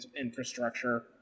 infrastructure